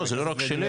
לא, זה לא רק שלי.